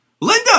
Linda